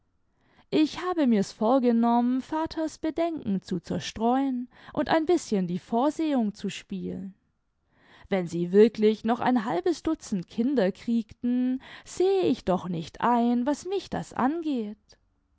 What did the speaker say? ich habe mirs vorgenonrnien vaters bedenken zu zerstreuen und ein bißchen die vorsehung zu spielen wenn sie wirklich noch ein halbes dutzend kinder kriegten sehe ich doch nicht ein was mich das angeht